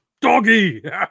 doggy